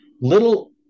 little